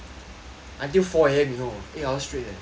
until four A_M you know eight hours straight eh we play eh